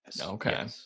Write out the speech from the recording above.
okay